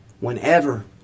whenever